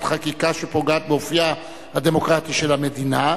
חקיקה הפוגעת באופיה הדמוקרטי של המדינה.